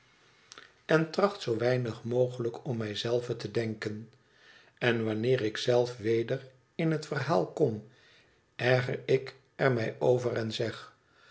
en weinig mogelijk om mij zelve te denken en wanneer ik zelf weder in het verhaal kom erger ik er mij over en zeg